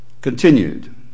continued